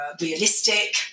realistic